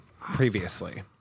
previously